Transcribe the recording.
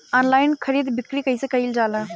Online खरीद बिक्री कइसे कइल जाला?